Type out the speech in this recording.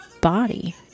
body